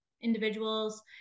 individuals